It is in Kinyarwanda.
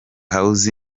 house